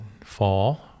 fall